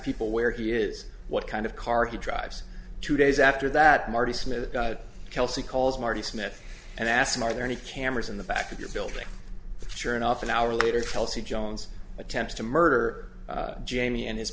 people where he is what kind of car he drives two days after that marty smith kelsey calls marty smith and asked him are there any cameras in the back of your building sure enough an hour later chelsea jones attempts to murder jamie and his